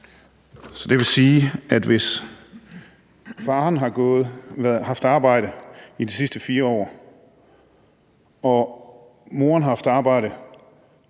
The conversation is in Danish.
Det vil så sige, at hvis faren har haft arbejde i de sidste 4 år og moren har haft arbejde